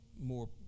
more